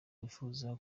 wifuza